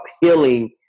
healing